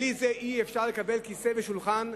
כי בלי זה אי-אפשר לקבל כיסא ושולחן,